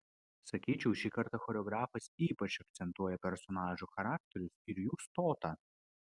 sakyčiau šį kartą choreografas ypač akcentuoja personažų charakterius ir jų stotą